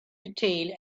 detail